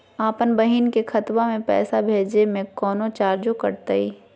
अपन बहिन के खतवा में पैसा भेजे में कौनो चार्जो कटतई?